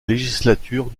législature